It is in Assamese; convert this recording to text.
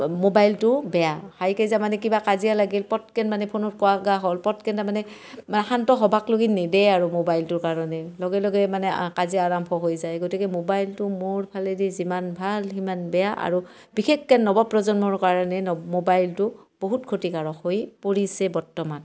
ম'বাইলটো বেয়া হাই কাইজা মানে কিবা কাজিয়া লাগিল পতকেন মানে ফোনত কোৱা গা হ'ল পতকেন তাৰমানে মানে শান্ত হ'বাক লগি নেদে আৰু ম'বাইলটোৰ কাৰণে লগে লগে মানে কাজিয়া আৰম্ভ হৈ যায় গতিকে ম'বাইলটো মোৰ ফালেদি যিমান ভাল সিমান বেয়া আৰু বিশেষকৈ নৱ প্ৰজন্মৰ কাৰণে ন ম'বাইলটো বহুত ক্ষতিকাৰক হৈ পৰিছে বৰ্তমান